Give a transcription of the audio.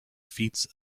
feats